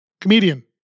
comedian